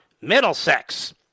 Middlesex